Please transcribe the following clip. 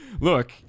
Look